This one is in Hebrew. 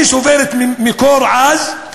אני סובלת מקור עז,